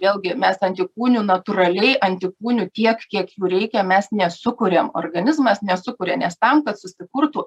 vėlgi mes antikūnių natūraliai antikūnų tiek kiek jų reikia mes nesukuriam organizmas nesukuria nes tam kad susikurtų